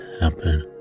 happen